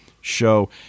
show